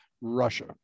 russia